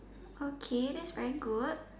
okay that's very good